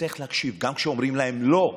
צריך להקשיב, גם כשאומרים להם לא,